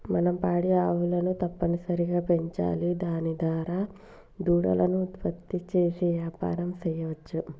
మనం పాడి ఆవులను తప్పనిసరిగా పెంచాలి దాని దారా దూడలను ఉత్పత్తి చేసి యాపారం సెయ్యవచ్చు